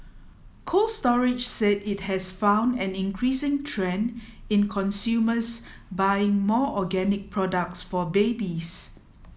Cold Storage said it has found an increasing trend in consumers buying more organic products for babies